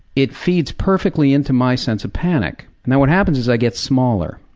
it feeds perfectly into my sense of panic. and what happens is i get smaller.